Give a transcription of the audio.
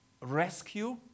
rescue